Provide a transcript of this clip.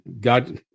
God